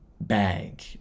bag